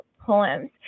poems